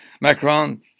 Macron